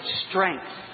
strength